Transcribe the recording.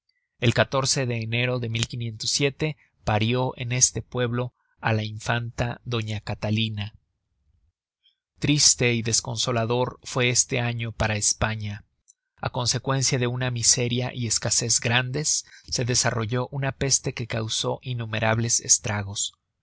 el de enero de parió en este pueblo á la infanta doña catalina triste y desconsolador fue este año para españa a consecuencia de una miseria y escasez grandes se desarrolló una peste que causó innumerables estragos